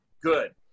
good